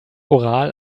oral